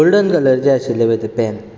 golden कलरचें आशिल्लें पळय तें पॅन